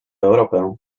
europę